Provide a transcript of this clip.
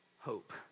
hope